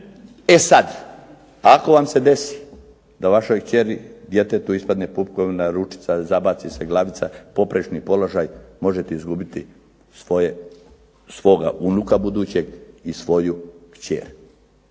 E sad ako vam se desi da vašoj kćeri, djetetu ispadne pupkovna ručica, zabaci se glavica, poprečni položaj možete izgubiti svoga unuka budućeg i svoju kćer.